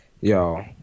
yo